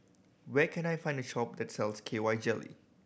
where can I find a shop that sells K Y Jelly